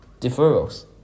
Deferrals